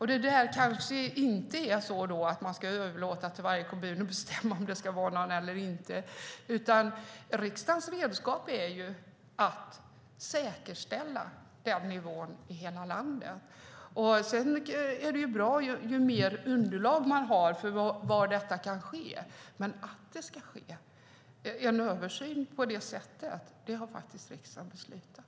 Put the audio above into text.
Man kanske inte ska överlåta till varje kommun att bestämma om det ska finnas hjärtstartare eller inte. Riksdagen har redskap att säkerställa nivån i hela landet. Ju mer underlag man har för var detta kan ske, desto bättre. Men att det ska ske en översyn på detta sätt har riksdagen beslutat.